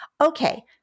Okay